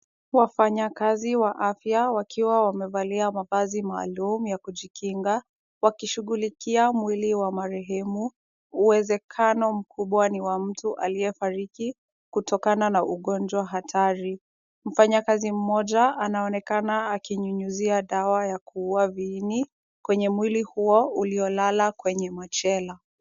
Wafanyakazi wa afya wakiwa wamevalia mavazi maalum ya kujikinga, wakishughulikia mwili wa marehemu. Uwezekano mkubwa ni wa mtu aliyefariki kutokana na ugonjwa hatari. Mfanyakazi mmoja anaonekana akinyunyuzia dawa ya kuua viini kwenye mwili huo uliolala kwenye machela.